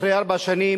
אחרי ארבע שנים,